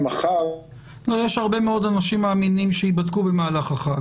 יש הרבה מאוד אנשים מאמינים שייבדקו במהלך החג.